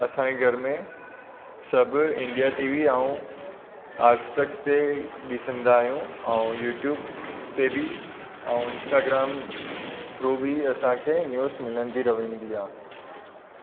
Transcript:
असांजे घर में सभु इंडिया टी वी ऐं आजतक ते ॾिसंदा आहियूं ऐं यूट्यूब ते बि ऐं इंस्टाग्राम थ्रू बि असांखे न्यूज़ मिलंदी रहंदी आहे